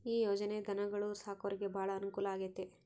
ಈ ಯೊಜನೆ ಧನುಗೊಳು ಸಾಕೊರಿಗೆ ಬಾಳ ಅನುಕೂಲ ಆಗ್ಯತೆ